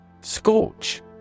Scorch